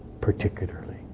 particularly